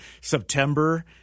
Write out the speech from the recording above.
September